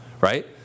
right